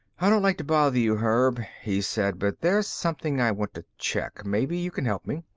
i don't like to bother you, herb, he said, but there's something i want to check. maybe you can help me.